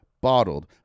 bottled